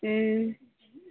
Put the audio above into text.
हूँ